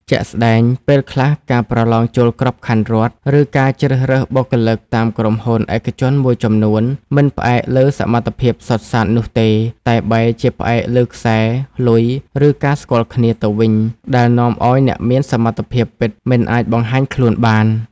ជាក់ស្ដែង ពេលខ្លះ ការប្រឡងចូលក្របខ័ណ្ឌរដ្ឋ ឬការជ្រើសរើសបុគ្គលិកតាមក្រុមហ៊ុនឯកជនមួយចំនួន មិនផ្អែកលើសមត្ថភាពសុទ្ធសាធនោះទេ តែបែរជាផ្អែកលើ «ខ្សែ» «លុយ» ឬ «ការស្គាល់គ្នា» ទៅវិញ ដែលនាំឲ្យអ្នកមានសមត្ថភាពពិតមិនអាចបង្ហាញខ្លួនបាន។